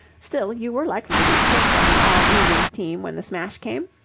still, you were likely to be picked on the all-england team when the smash came?